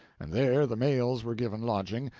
and there the males were given lodging,